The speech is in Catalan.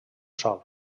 sol